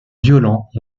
violents